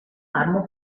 marmo